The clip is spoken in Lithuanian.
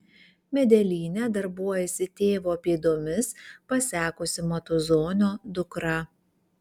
medelyne darbuojasi tėvo pėdomis pasekusi matuzonio dukra